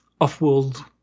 off-world